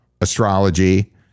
astrology